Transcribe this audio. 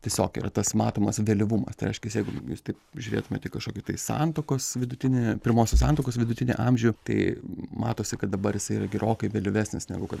tiesiog yra tas matomas vėlyvumas tai reiškias jeigu jūs taip žiūrėtumėt į kažkokį tai santuokos vidutinį pirmosios santuokos vidutinį amžių tai matosi kad dabar jis yra gerokai vėlyvesnis negu kad